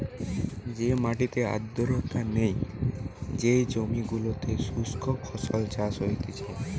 যে মাটিতে আর্দ্রতা নাই, যেই জমি গুলোতে শুস্ক ফসল চাষ হতিছে